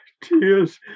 Tears